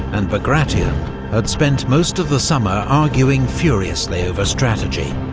and bagration. had spent most of the summer arguing furiously over strategy,